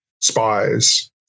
spies